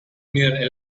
near